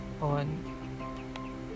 on